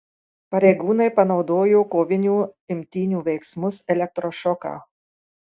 pareigūnai panaudojo kovinių imtynių veiksmus elektrošoką